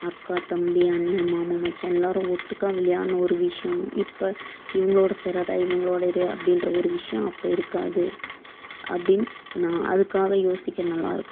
அக்கா தம்பி அண்ணன் மாமன் மச்சான் எல்லாரும் ஒட்டுக்காக விளையாடின ஒரு விஷயம் இப்போ இவங்களோட சேராத இவங்களோட இரு அப்படின்ற ஒரு விஷயம் அப்போ இருக்காது அப்படின்னு நான் அதற்காக யோசிக்க நல்லாருக்கும்